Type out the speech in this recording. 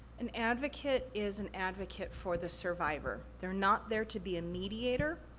an advocate is an advocate for the survivor. they're not there to be a mediator,